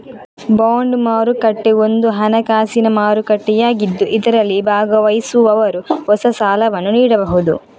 bond ಮಾರುಕಟ್ಟೆ ಒಂದು ಹಣಕಾಸಿನ ಮಾರುಕಟ್ಟೆಯಾಗಿದ್ದು ಇದರಲ್ಲಿ ಭಾಗವಹಿಸುವವರು ಹೊಸ ಸಾಲವನ್ನು ನೀಡಬಹುದು